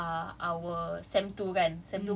ya okay okay no cause they officially cancelled